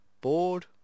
Bored